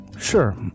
sure